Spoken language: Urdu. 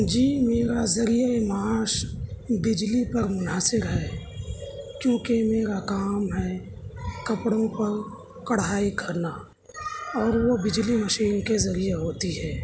جی میرا ذریعہ معاش بجلی پر منحصر ہے کیوںکہ میرا کام ہے کپڑوں پر کڑھائی کرنا اور وہ بجلی مشین کے ذریعے ہوتی ہے